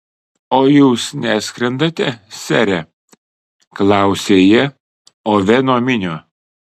o jūs neskrendate sere klausė jie oveno minio